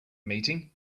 meeting